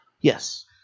Yes